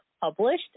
published